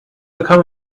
become